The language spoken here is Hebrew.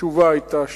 התשובה היתה שלילית.